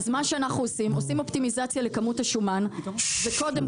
אנחנו עושים אופטימיזציה לכמות השומן וקודם